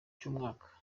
cy’umwaka